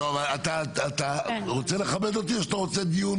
לי אין ספק שיכול להיות דבר